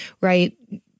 right